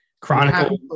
Chronicle